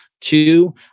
Two